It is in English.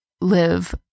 live